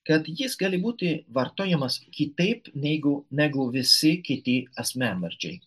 kad jis gali būti vartojamas kitaip negu negu visi kiti asmenvardžiai